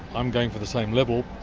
i'm going for the same level,